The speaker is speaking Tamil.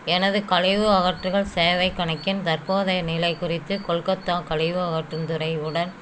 எனது கழிவு அகற்றுதல் சேவைக் கணக்கின் தற்போதைய நிலை குறித்து கொல்கத்தா கழிவு அகற்றும் துறையுடன்